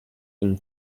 from